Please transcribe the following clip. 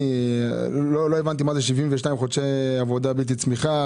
לא הבנתי מה זה 72 חודשי עבודה בלתי צמיתה,